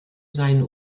seien